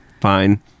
fine